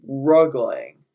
struggling